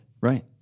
Right